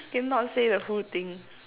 cannot say the full thing